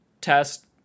test